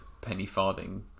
penny-farthing